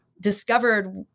discovered